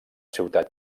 ciutat